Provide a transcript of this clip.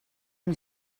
amb